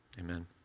Amen